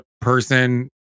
person